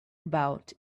about